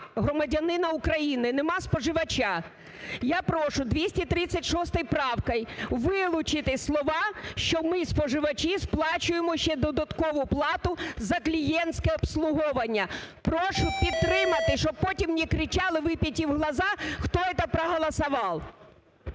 громадянина України, нема споживача. Я прошу 236 правкою вилучити слова, що ми, споживачі, сплачуємо ще додаткову плату за клієнтське обслуговування. Прошу підтримати, щоб потім не кричали, "выбить им глаза, кто про это проголосовал"!